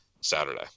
Saturday